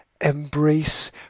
Embrace